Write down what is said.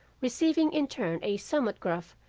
receiving in turn a somewhat gruff,